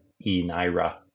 e-naira